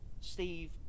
Steve